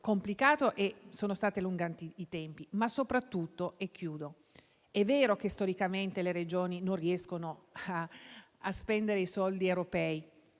e sono stati allungati i tempi. Soprattutto però è vero che storicamente le Regioni non riescono a spendere i soldi europei